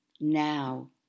now